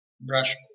brush